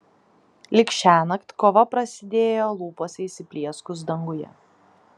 lyg šiąnakt kova prasidėjo lūpose įsiplieskus danguje